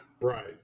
Right